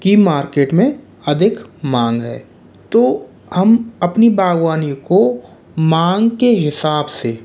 कि मार्केट अधिक मांग है तो हम अपनी बागवानी को मांग के हिसाब से